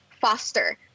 foster